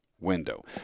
window